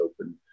open